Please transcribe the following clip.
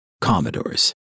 Commodores